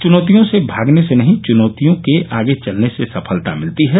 चनौतियों से भागने से नहीं चनौतियों के आगे चलने से सफलता मिलती है